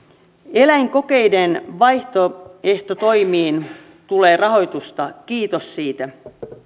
eläinkokeiden vaihtoehtotoimiin tulee rahoitusta kiitos siitä